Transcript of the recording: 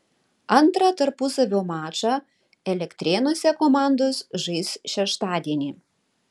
antrą tarpusavio mačą elektrėnuose komandos žais šeštadienį